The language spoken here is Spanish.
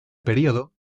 periodo